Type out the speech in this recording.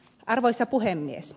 arvoisa puhemies